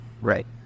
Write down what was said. Right